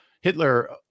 Hitler